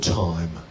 time